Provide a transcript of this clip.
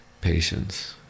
patience